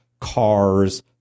cars